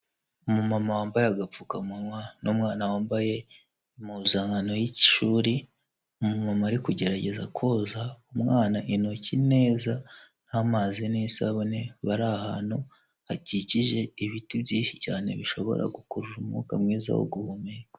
Umumama wambaye agapfukamunwa n'umwana wambaye impuzankano y'ishuri, umumama ari kugerageza koza umwana intoki neza n'amazi n'isabune. Bari ahantu hakikije ibiti byinshi cyane bishobora gukurura umwuka mwiza wo guhumeka.